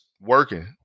working